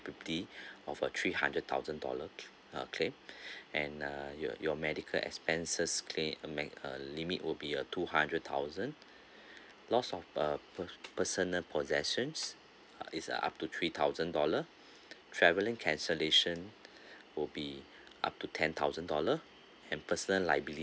~bility of a three hundred thousand dollar uh claim and uh your medical expenses claim uh maximum uh limit will be a two hundred thousand loss of per~ personal possessions ah is ah up to three thousand dollar traveling cancellation will be up to ten thousand dollar and personal liabil~